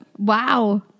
Wow